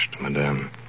madame